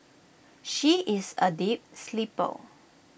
she is A deep sleeper